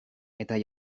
eta